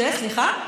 סליחה?